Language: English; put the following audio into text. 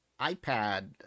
iPad